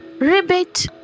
Ribbit